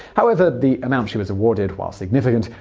however, the amount she was awarded, while significant,